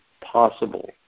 possible